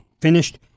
finished